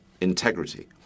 integrity